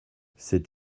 c’est